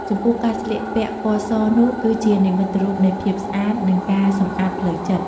ចំពោះការស្លៀកពាក់ពណ៍សនុះគឺជានិមិត្តរូបនៃភាពស្អាត និងការសំអាតផ្លូវចិត្ត។